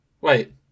Wait